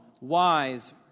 wise